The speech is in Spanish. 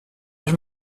los